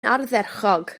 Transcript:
ardderchog